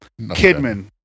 Kidman